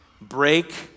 Break